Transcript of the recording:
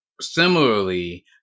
similarly